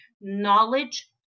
knowledge